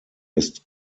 ist